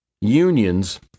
unions